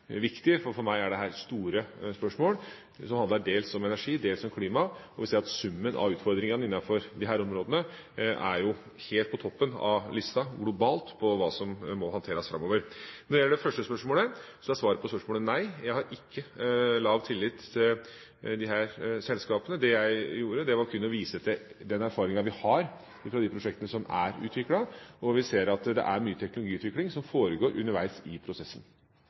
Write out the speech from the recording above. viktig, for for meg er dette store spørsmål som handler dels om energi, dels om klima. Summen av utfordringene innenfor disse områdene er helt på toppen av lista globalt over hva som må håndteres framover. Når det gjelder det første spørsmålet, er svaret nei, jeg har ikke lav tillit til disse selskapene. Det jeg gjorde, var kun å vise til den erfaringa vi har fra de prosjektene som er utviklet. Vi ser at det er mye teknologiutvikling som foregår underveis i prosessen.